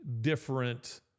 different